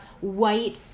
white